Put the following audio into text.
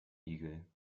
igel